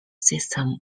system